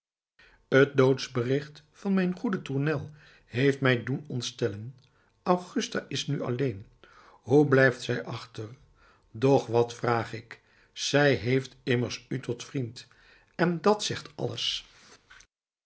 het doodsbericht van mijn goeden tournel heeft mij doen ontstellen augusta is nu alleen hoe blijft zij achter doch wat vraag ik zij heeft immers u tot vriend en dat zegt alles